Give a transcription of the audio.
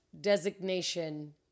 designation